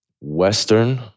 Western